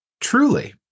Truly